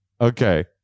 Okay